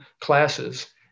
classes